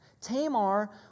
Tamar